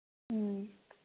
ꯎꯝ